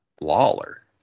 Lawler